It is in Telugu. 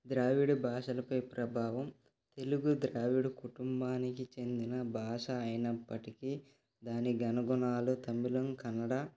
ద్రావిడ భాషలపై ప్రభావం తెలుగు ద్రావిడ కుటుంబానికి చెందిన భాష అయినప్పటికీ దాని గుణగణాలు తమిళం కన్నడ